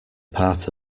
part